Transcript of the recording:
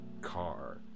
car